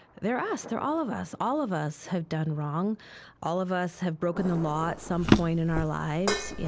they're us. they're all of us. all of us have done wrong all of us have broken the law at some point in our lives.